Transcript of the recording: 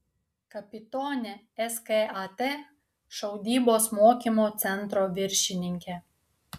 kapitonė skat šaudybos mokymo centro viršininkė